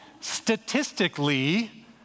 statistically